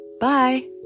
Bye